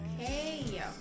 Okay